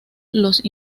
los